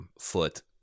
foot